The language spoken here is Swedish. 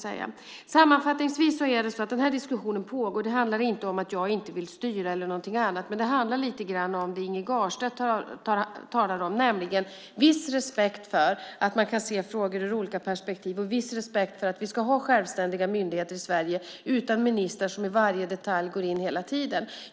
Sammanfattningsvis är det så att diskussionen pågår. Det handlar inte om att jag inte vill styra, men det handlar lite grann om det Inge Garstedt talar om, nämligen att man ska ha viss respekt för att man kan se frågor ur olika perspektiv och viss respekt för att vi ska ha självständiga myndigheter i Sverige utan ministrar som går in i varje detalj hela tiden.